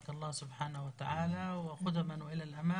שאללה יתעלה יהיה לצדך.